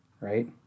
right